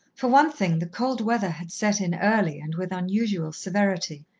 for one thing the cold weather had set in early and with unusual severity,